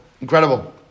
incredible